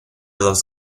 los